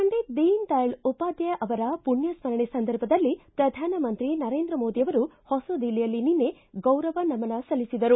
ಪಂಡಿತ್ ದೀನ್ ದಯಾಳ್ ಉಪಾಧ್ವಾಯ ಅವರ ಪುಣ್ಯಸರಣೆ ಸಂದರ್ಭದಲ್ಲಿ ಪ್ರಧಾನಮಂತ್ರಿ ನರೇಂದ್ರ ಮೋದಿ ಅವರು ಹೊಸ ದಿಲ್ಲಿಯಲ್ಲಿ ನಿನ್ನೆ ಗೌರವ ನಮನ ಸಲ್ಲಿಸಿದರು